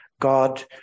God